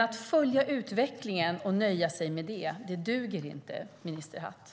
Att följa utvecklingen och nöja sig med det duger inte, minister Hatt.